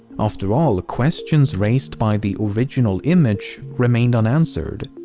after all, questions raised by the original image remained unanswered.